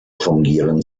fungieren